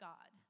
God